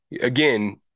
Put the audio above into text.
again